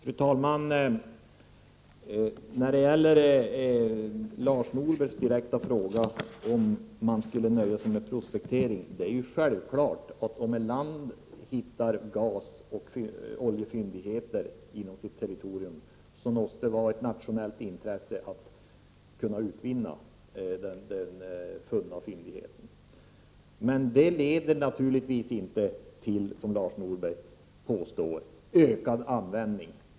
Fru talman! Lars Norberg ställde en direkt fråga om huruvida man skall nöja sig med enbart prospektering. Det är självklart att om ett land hittar gasoch oljefyndigheter inom sitt territorium, måste det vara ett nationellt intresse att kunna utvinna fyndigheterna. Det leder dock inte, som Lars Norberg påstår, till ökad användning.